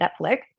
Netflix